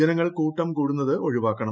ജനങ്ങൾ കൂട്ടം കൂടുന്നത് ഒഴിവാക്കണം